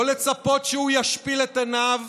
לא לצפות שהוא ישפיל את עיניו,